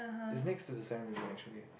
it's next to the Sine-River actually